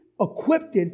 equipped